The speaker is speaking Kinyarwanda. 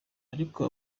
ariko